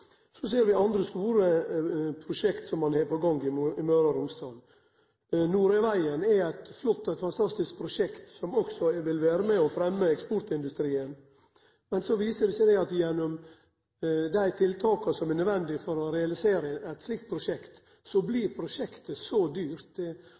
Så ser vi andre store prosjekt som ein har på gang i Møre og Romsdal. Noreveien er eit flott og fantastisk prosjekt som òg vil vere med og fremme eksportindustrien, men så viser det seg at gjennom dei tiltaka som er nødvendige for å realisere eit slikt prosjekt, blir prosjektet så